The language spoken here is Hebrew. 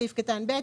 בסעיף קטן (ב),